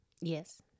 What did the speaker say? Yes